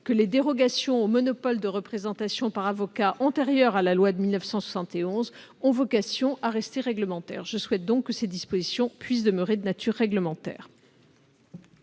que les dérogations au monopole de représentation par avocat antérieures à la loi de 1971 ont vocation à rester réglementaires. Je souhaite donc que ces dispositions puissent demeurer de nature réglementaire.